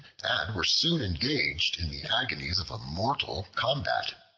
and were soon engaged in the agonies of a mortal combat.